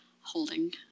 holding